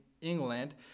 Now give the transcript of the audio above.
england